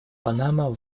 панама